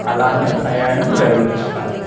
అలానే ప్రయాణం జరుగుతుందా